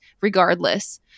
regardless